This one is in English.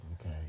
Okay